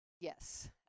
Yes